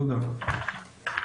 תודה רבה.